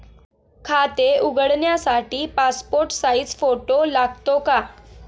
खाते उघडण्यासाठी passport size photo लागतो का?